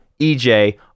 EJ